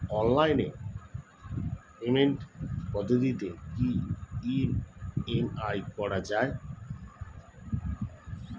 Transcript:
Online পেমেন্টের পদ্ধতিতে কি ই.এম.আই করা যায়?